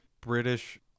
British